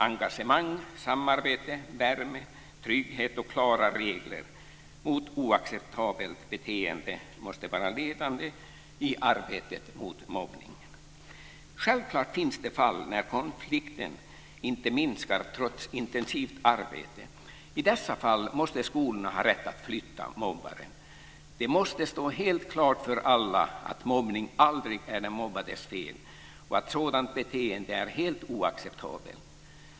Engagemang, samarbete, värme, trygghet och klara regler mot oacceptabelt beteende måste vara ledande i arbetet mot mobbning. Självklart finns det fall när konflikterna inte minskar trots intensivt arbete. I dessa fall måste skolorna ha rätt att flytta mobbaren. Det måste stå helt klart för alla att mobbning aldrig är den mobbades fel och att sådant är helt oacceptabelt.